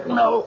no